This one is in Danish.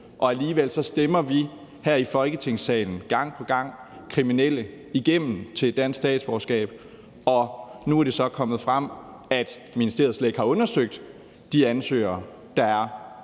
Alligevel stemmer vi her i Folketingssalen gang på gang kriminelle igennem til dansk statsborgerskab. Nu er det så kommet frem, at ministeriet slet ikke har undersøgt de ansøgere, der er